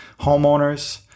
homeowners